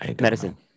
medicine